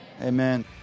Amen